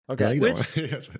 Okay